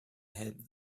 had